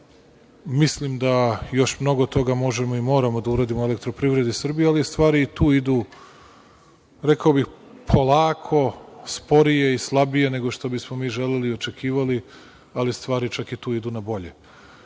Mislim da još mnogo toga možemo i moramo da uradimo „Elektroprivredi Srbije“, ali stvari tu idu, rekao bih, polako, sporije i slabije nego što bismo mi želeli i očekivali, ali stvari čak i tu idu na bolje. Želim,